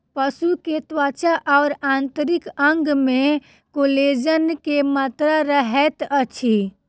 पशु के त्वचा और आंतरिक अंग में कोलेजन के मात्रा रहैत अछि